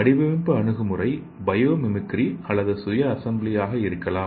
வடிவமைப்பு அணுகுமுறை பயோமிமிக்ரி அல்லது சுய அசெம்பிளி ஆக இருக்கலாம்